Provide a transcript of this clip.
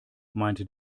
meinte